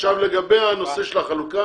לגבי הנושא של החלוקה